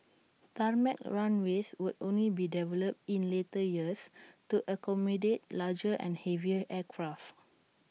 tarmac runways would only be developed in later years to accommodate larger and heavier aircraft